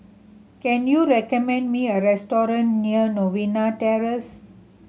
can you recommend me a restaurant near Novena Terrace